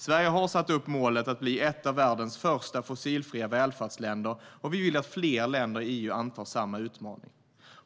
Sverige har satt upp målet att bli ett av världens första fossilfria välfärdsländer, och vi vill att fler länder i EU antar samma utmaning.